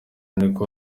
niko